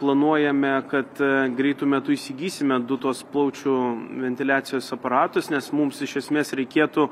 planuojame kad greitu metu įsigysime du tuos plaučių ventiliacijos aparatus nes mums iš esmės reikėtų